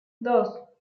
dos